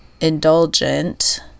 indulgent